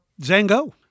Zango